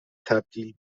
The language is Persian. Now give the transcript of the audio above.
تبدیل